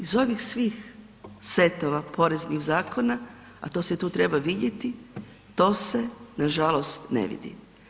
Iz ovih svih setova poreznih zakona, a to se tu treba vidjeti, to se nažalost ne vidi.